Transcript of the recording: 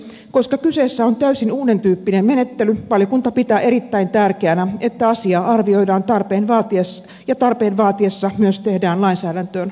koska kyseessä on täysin uuden tyyppinen menettely valiokunta pitää erittäin tärkeänä että asiaa arvioidaan ja tarpeen vaatiessa myös tehdään lainsäädäntöön muutoksia